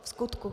Vskutku!